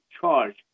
charge